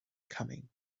coming